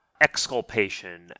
exculpation